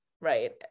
Right